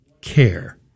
care